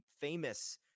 famous